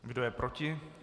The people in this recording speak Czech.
Kdo je proti?